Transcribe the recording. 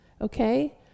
Okay